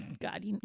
god